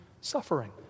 suffering